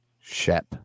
Shep